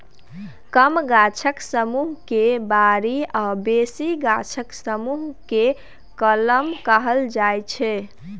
कम गाछक समुह केँ बारी आ बेसी गाछक समुह केँ कलम कहल जाइ छै